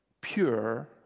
pure